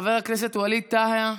חבר הכנסת ווליד טאהא,